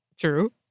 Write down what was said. True